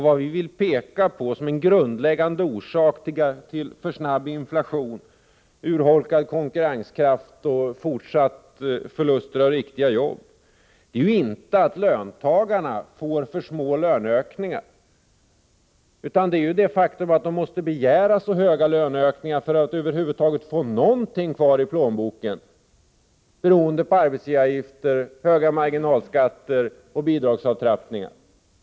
Vad vi vill peka på som en grundläggande orsak till för snabb inflation, urholkad konkurrenskraft och fortsatta förluster av riktiga jobb är ju inte att löntagarna får för små löneökningar, utan det faktum att de måste begära så höga löneökningar för att över huvud taget få någonting kvar i plånboken, beroende på arbetsgivaravgifter, höga marginalskatter och bidragsavtrappningar.